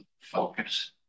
focus